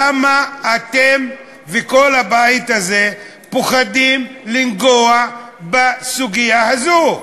למה אתם וכל הבית הזה פוחדים לנגוע בסוגיה הזאת?